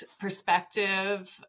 perspective